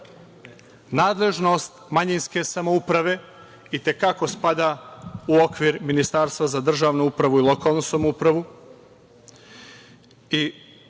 nadležnost manjinske samouprave i te kako spada u okvir Ministarstva za državnu upravu i lokalnu samoupravu.